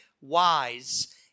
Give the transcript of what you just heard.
wise